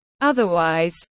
Otherwise